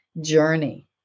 journey